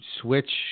switch